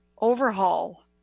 overhaul